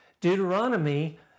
Deuteronomy